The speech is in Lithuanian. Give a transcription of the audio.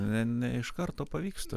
ne ne iš karto pavyksta